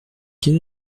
quel